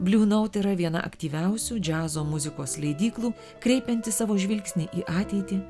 bliu naut yra viena aktyviausių džiazo muzikos leidyklų kreipianti savo žvilgsnį į ateitį